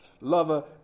Lover